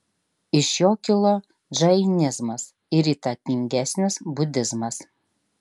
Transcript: iš jo kilo džainizmas ir įtakingesnis budizmas